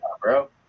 Bro